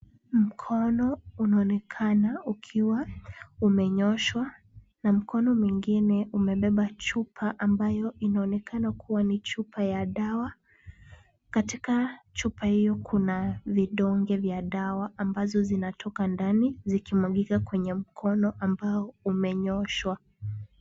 Mkono unaonekana ukiwa umenyooshwa na mkono mwingine umebeba chupa ambayo inaonekana kuwa ni chupa ya dawa. Katika chupa hiyo kuna vidonge vya dawa ambazo zinatoka ndani, zikimwagika kwenye mkono ambao umenyooshwa.